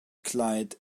clyde